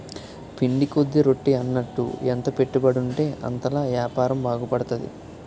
పిండి కొద్ది రొట్టి అన్నట్టు ఎంత పెట్టుబడుంటే అంతలా యాపారం బాగుపడతది